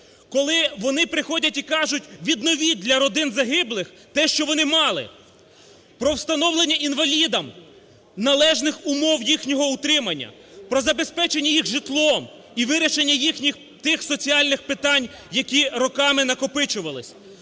Коли вони приходять і кажуть: "Відновіть для родин загиблих те, що вони мали!" Про встановлення інвалідам належних умов їхнього утримання, про забезпечення їх житлом і вирішенням їхніх тих соціальних питань, які роками накопичувались.